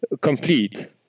complete